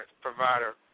provider